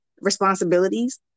responsibilities